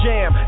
Jam